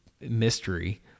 mystery